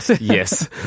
Yes